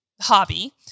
hobby